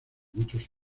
muchos